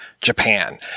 Japan